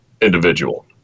individual